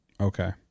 Okay